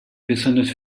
besonders